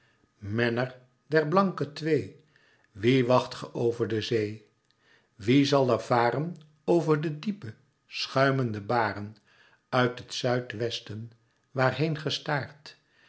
menner der blanke twee wie wacht ge over de zee wie zal er varen over de diepe schuimende baren uit het zuid-westen waarheen